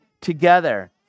together